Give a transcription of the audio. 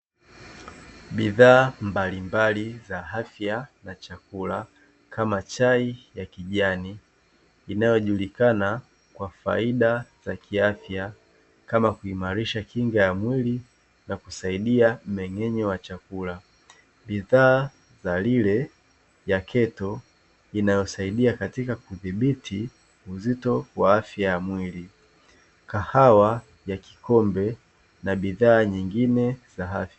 Bidhaa mbalimbali za afya na chakula kama chai ya kijani inayojulikana kwa faida za kiafya kama kuimarisha kinga ya mwili na kusaidia mmengenyo wa chakula, bidhaa za lile ya kettle inayosaidia katika kudhibiti uzito kwa afya ya mwili kahawa ya kikombe na bidhaa nyingine za afya.